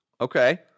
Okay